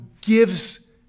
gives